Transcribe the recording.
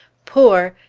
poor?